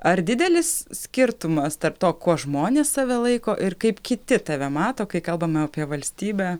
ar didelis skirtumas tarp to kuo žmonės save laiko ir kaip kiti tave mato kai kalbame apie valstybę